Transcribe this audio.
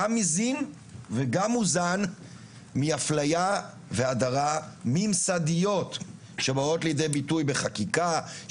גם מזין וגם מוזן מאפליה והדרה ממסדיות שבאות לידי ביטוי בחקיקה,